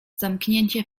zamknięcie